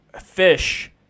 fish